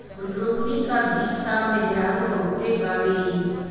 रोपनी क गीत त मेहरारू बहुते गावेलीन